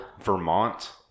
Vermont